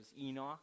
enoch